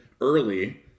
early